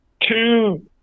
two –